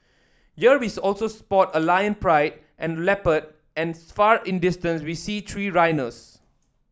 here we also spot a lion pride and a leopard and far in the distance we see three rhinos